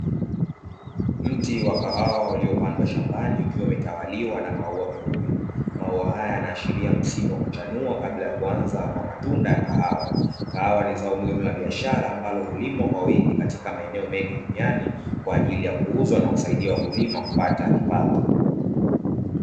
Mti wa kahawa uliopandwa shambani ukiwa umetawaliwa na maua meupe; maua haya yanaashiria msimu wa kuchanua kabla ya kuanza kwa matunda ya kahawa. Kahawa ni zao muhimu la biashara ambalo hulimwa kwa wingi katika maeneo mengi duniani kwa ajili ya kuuzwa na husaidia wakulima kupata kipato.